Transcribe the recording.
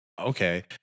Okay